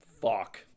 fuck